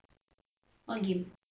what game